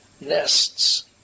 nests